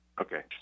okay